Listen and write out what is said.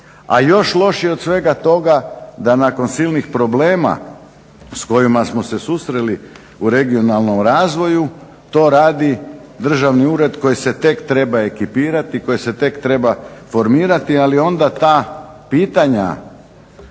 a još lošije od svega toga da nakon silnih problema s kojima smo se susreli u regionalnom razvoju to radi državni ured koji se tek treba ekipirati i koji se tek treba formirati. Ali onda ta pitanja